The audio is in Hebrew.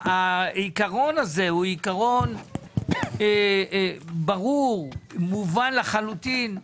זהו עיקרון ברור, מובן לחלוטין.